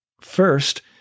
First